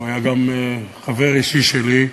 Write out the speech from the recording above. הוא היה גם חבר אישי שלי,